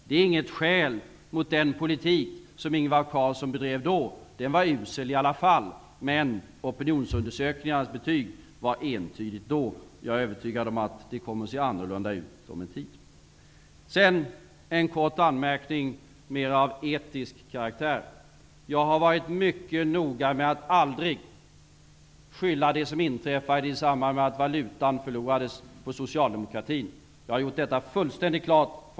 Det är inte något skäl mot den politik som Ingvar Carlsson ledde då -- den var usel i alla fall -- men opinionsundersökningarnas betyg var entydigt då, jag är övertygad om att de kommer att se annorlunda ut om en tid. Så en anmärkning av etisk karaktär. Jag har varit mycket noga med att aldrig skylla det som skedde i samband med att valutan förlorades på socialdemokratin. Det har jag gjort fullständigt klart.